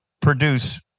produce